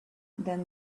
then